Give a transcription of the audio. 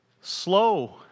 slow